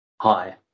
Hi